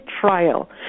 trial